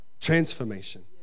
transformation